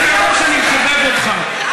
אתה יודע שאני מכבד אותך,